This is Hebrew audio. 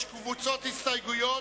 יש קבוצות הסתייגויות,